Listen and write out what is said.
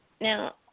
Now